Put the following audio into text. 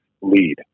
lead